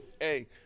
Hey